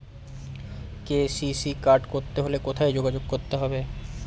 KCC card করতে হলে কোথায় যোগাযোগ করতে হবে?